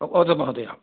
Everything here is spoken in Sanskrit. वदतु महोदय